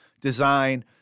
design